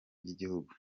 by’igihugu